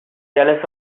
jealous